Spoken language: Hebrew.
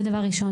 זה דבר ראשון.